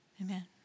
amen